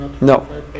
No